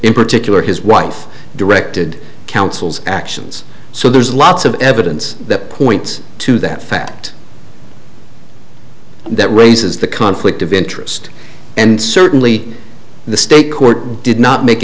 in particular his wife directed counsel's actions so there's lots of evidence that points to that fact that raises the conflict of interest and certainly the state court did not make